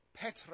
Petra